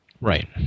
Right